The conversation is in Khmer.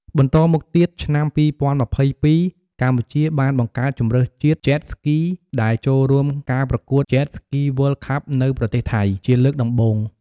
បន្តមកទៀតឆ្នាំ ២០២២ កម្ពុជាបានបង្កើតជម្រើសជាតិ Jet Ski និងចូលរួមការប្រកួត Jet Ski World Cup នៅប្រទេសថៃ ជាលើកដំបូង។